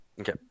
Okay